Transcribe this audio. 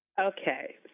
okay